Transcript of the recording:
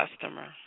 customer